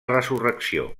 resurrecció